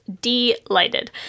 delighted